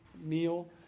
meal